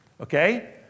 Okay